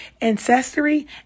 ancestry